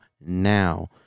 now